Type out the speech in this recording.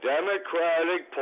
Democratic